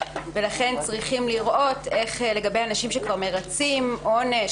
ולכן צריכים לראות איך זה יוחל לגבי אנשים שכבר מרצים עונש,